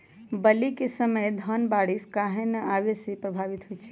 बली क समय धन बारिस आने से कहे पभवित होई छई?